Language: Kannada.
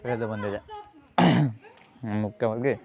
ತಿಳಿದು ಬಂದಿದೆ ಮುಖ್ಯವಾಗಿ